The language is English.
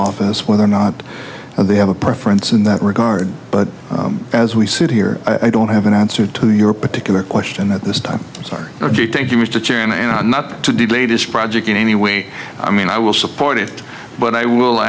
office whether or not they have a preference in that regard but as we sit here i don't have an answer to your particular question at this time sorry ok thank you mr chairman and not to do latest project in any way i mean i will support it but i will